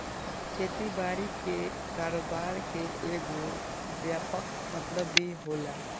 खेती बारी के कारोबार के एगो व्यापक मतलब भी होला